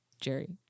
jerry